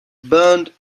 burned